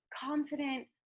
confident